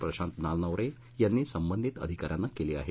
प्रशांत नारनवरे यांनी संबंधित अधिकाऱ्यांना केली आहे